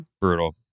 Brutal